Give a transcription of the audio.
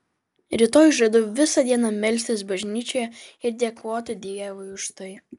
rytoj žadu visą dieną melstis bažnyčioje ir dėkoti dievui už tai